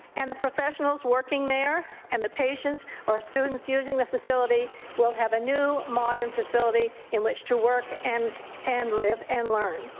and the professionals working there and the patients or students using the facility will have a new, modern facility in which to work and and live and learn.